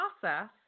process